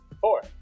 four